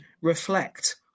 reflect